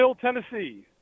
Tennessee